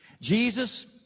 Jesus